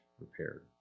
repaired